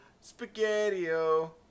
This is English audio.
Spaghetti-o